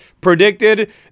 predicted